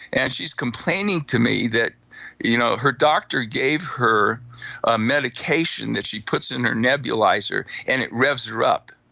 and she's complaining to me that you know her doctor gave her a medication that she puts in her nebulizer and it revs her up.